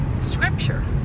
scripture